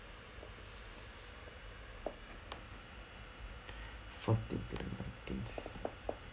for